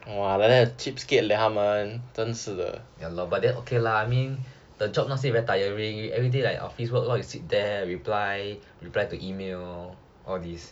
ya lor but then okay lah I mean the job say not very tiring everyday like office work lor you sit there reply reply to email all this